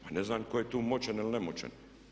Pa ne znam tko je tu moćan ili nemoćan?